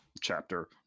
chapter